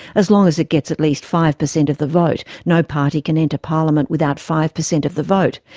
as long as it gets at least five percent of the vote. no party can enter parliament without five percent of the vote.